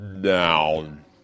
down